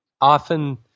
often